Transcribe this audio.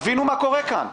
תבינו מה קורה כאן.